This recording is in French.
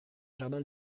jardin